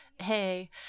Hey